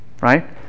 right